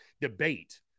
debate